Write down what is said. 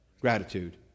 Gratitude